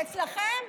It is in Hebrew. אצלכם,